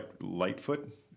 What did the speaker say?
Lightfoot